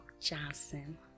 johnson